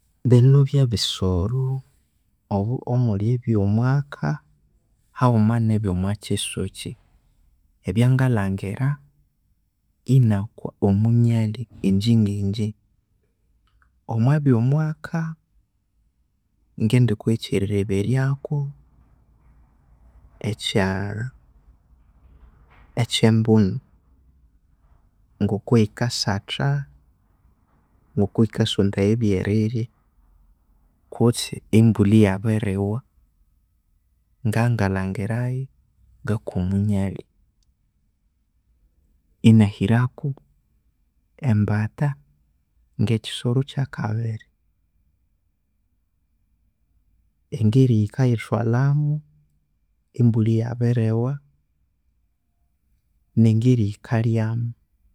Bino byebisori obo omuli ebyo mwaka haghuma nebyo omwakisuki, ebyangalhangira engakwa omunyalhi ingye ngi ngye omwabyomwaka ngindikuha ekyerilheberyako ekya ekye embunu, ngoko yikasatha ngoko yikasondaya ebyerirya kutse embulha eyabiriwa ngabya engalhangirayo ngwakwa omunyalhi, inahirako embatha nge kisoro ekyakabiri engeri yikaghitwalhwamu embulha eyabiriwa nengeri yikalyamu.